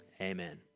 Amen